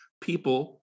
people